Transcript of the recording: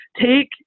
take